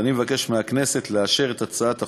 ואני מבקש מהכנסת לאשר את הצעת החוק,